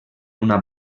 una